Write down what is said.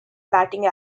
batting